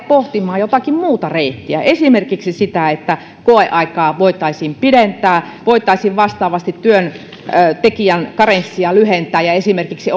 pohtimaan jotakin muuta reittiä esimerkiksi sitä että koeaikaa voitaisiin pidentää voitaisiin vastaavasti työntekijän karenssia lyhentää ja esimerkiksi